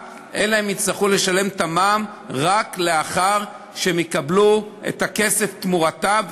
אלא יצטרכו לשלם את המע"מ רק לאחר שהם יקבלו את הכסף תמורתה,